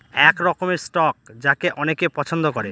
এক রকমের স্টক যাকে অনেকে পছন্দ করে